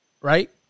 Right